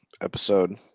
episode